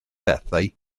bethau